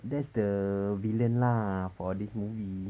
that's the villain lah for this movie